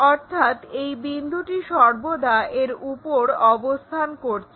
অর্থাৎ এই বিন্দুটি সর্বদা এর উপর অবস্থান করছে